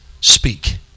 speak